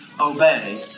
obey